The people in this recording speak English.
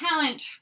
talent